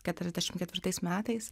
keturiasdešim ketvirtais metais